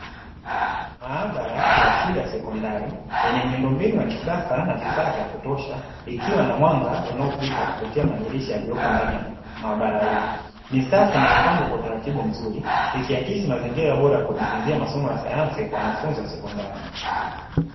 Maabara ya shule ya sekondari, yenye miundombinu ya kisasa na vifaa vya kutosha, ikiwa na mwanga unaopita kupitia madirisha yaliyopo ndani ya maabara hii, ni safi na imepangwa kwa utaratibu mzuri, ikiakisi mazingira bora ya kujifunzia masomo ya sayansi kwa wanafunzi wa sekondari.